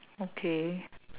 okay